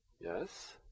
yes